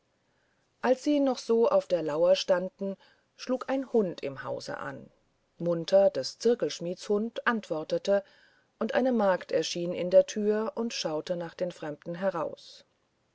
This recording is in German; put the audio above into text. als sie so noch auf der lauer standen schlug ein hund im hause an munter des zirkelschmidts hund antwortete und eine magd erschien in der türe und schaute nach den fremden heraus